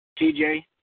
TJ